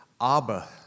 Abba